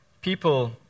people